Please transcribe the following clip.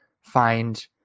find